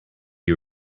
you